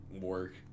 work